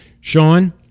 Sean